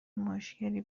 مشکلی